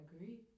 agree